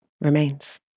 remains